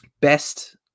best